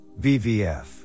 vvf